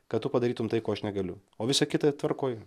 kad tu padarytum tai ko aš negaliu o visa kita tvarkoj